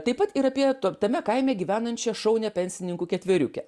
taip pat ir apie to tame kaime gyvenančią šaunią pensininkų ketveriukę